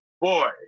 boy